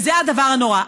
וזה הדבר הנורא.